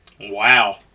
Wow